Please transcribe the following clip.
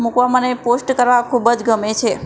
મૂકવા મને પોસ્ટ કરવા ખૂબ જ ગમે છે